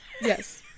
Yes